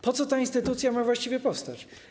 Po co ta instytucja ma właściwie powstać?